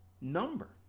number